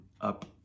up